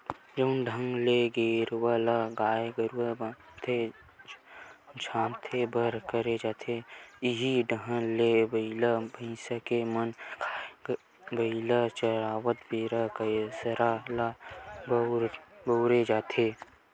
जउन ढंग ले गेरवा ल गाय गरु बांधे झांदे बर करे जाथे इहीं ढंग ले बइला भइसा के म गाड़ा बइला चलावत बेरा कांसरा ल बउरे जाथे